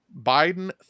Biden